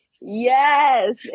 Yes